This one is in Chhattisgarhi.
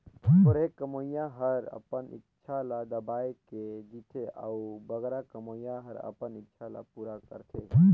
थोरहें कमोइया हर अपन इक्छा ल दबाए के जीथे अउ बगरा कमोइया हर अपन इक्छा ल पूरा करथे